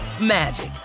magic